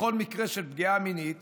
בכל מקרה של פגיעה מינית